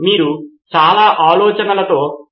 మరియు ఇది చాలా గజిబిజి ప్రక్రియ అని నేను అనుకుంటున్నాను